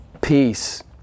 peace